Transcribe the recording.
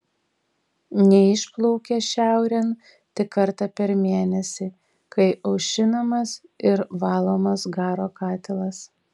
neišplaukia šiaurėn tik kartą per mėnesį kai aušinamas ir valomas garo katilas